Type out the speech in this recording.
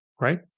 right